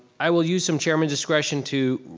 i will use some chairman discretion to